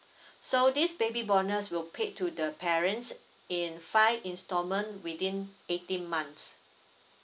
so this baby bonus will paid to the parents in five installment within eighteen months